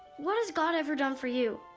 what has god ever done for you?